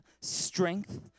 strength